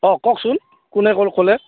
অঁ কওকচোন কোনে ক'ৰ ক'লে